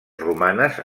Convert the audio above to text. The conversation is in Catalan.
romanes